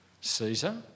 Caesar